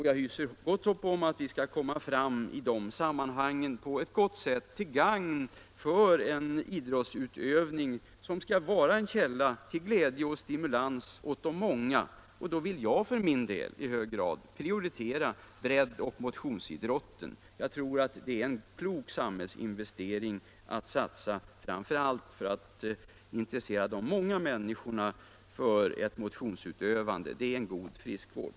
Jag hyser också gott hopp om att vi skall komma fram i de sammanhangen till gagn för en idrottsutövning som skall vara en källa till glädje och stimulans åt de många. För min del vill jag då i hög grad prioritera breddoch motionsidrotten. Jag tror att det är en klok samhällsinvestering att satsa framför allt på att intressera de många människorna för motionsutövande — det är en god friskvård.